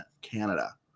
Canada